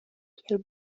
kiel